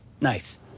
Nice